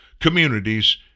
Communities